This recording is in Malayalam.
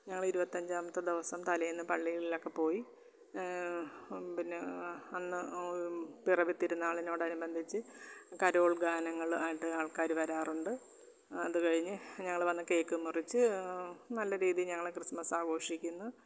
ഞങ്ങൾ ഇരുപത്തഞ്ചാമത്തെ ദിവസം തലേന്ന് പള്ളികളിലൊക്കെ പോയി പിന്നെ അന്ന് പിറവി തിരുന്നാളിനോടനുബന്ധിച്ച് കരോൾ ഗാനങ്ങൾ ആയിട്ട് ആൾക്കാർ വരാറുണ്ട് അതു കഴിഞ്ഞ് ഞങ്ങൾ വന്ന് കേക്ക് മുറിച്ച് നല്ല രീതിയിൽ ഞങ്ങൾ ക്രിസ്മസ് ആഘോഷിക്കുന്നു